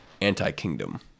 anti-kingdom